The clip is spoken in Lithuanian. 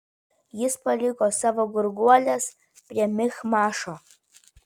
jis paliko savo gurguoles prie michmašo